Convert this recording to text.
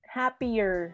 happier